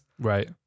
Right